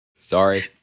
Sorry